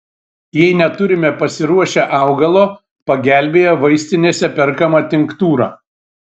jei neturime pasiruošę augalo pagelbėja vaistinėse perkama tinktūra